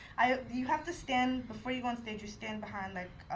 you have to stand, before you go on stage, you stand behind like